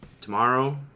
tomorrow